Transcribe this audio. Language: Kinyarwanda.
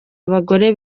abagore